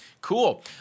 Cool